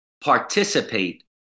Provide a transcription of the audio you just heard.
participate